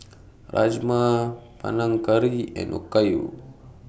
Rajma Panang Curry and Okayu